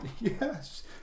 Yes